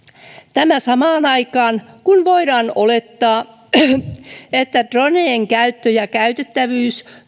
tämä samaan aikaan kun voidaan olettaa että dronejen käyttö ja käytettävyys